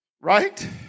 Right